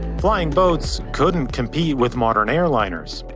flying boats couldn't compete with modern airliners,